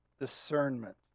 discernment